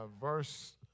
verse